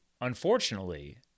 unfortunately